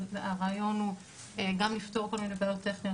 הרעיון הוא גם לפתור כל מיני בעיות טכניות,